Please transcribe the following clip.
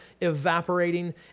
evaporating